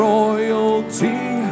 royalty